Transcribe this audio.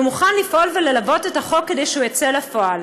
ומוכן לפעול וללוות את החוק כדי שהוא יצא לפועל.